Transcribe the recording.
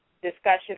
discussion